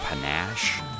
panache